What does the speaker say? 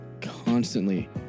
constantly